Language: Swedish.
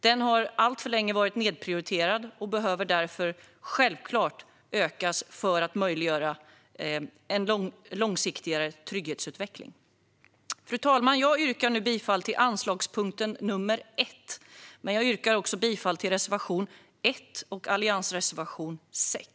Det har alltför länge varit nedprioriterat och behöver därför självklart ökas för att möjliggöra en långsiktigare trygghetsutveckling. Fru talman! Jag yrkar bifall till anslagspunkten nr 1. Jag yrkar också bifall till reservation 1 och alliansreservation 6.